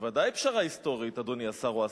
בוודאי פשרה היסטורית, אדוני השר, הוא עשה.